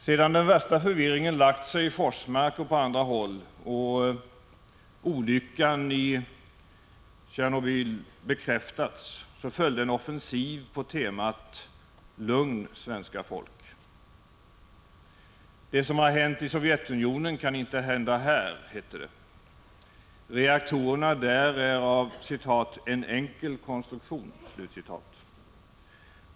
Sedan den värsta förvirringen lagt sig i Forsmark och på andra håll och olyckan i Tjernobyl bekräftats följde en offensiv på temat ”Lugn svenska folk!” Det som har hänt i Sovjetunionen kan inte hända här, hette det. Reaktorerna där är av ”en enkel konstruktion”.